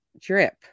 drip